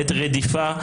בעת רדיפה,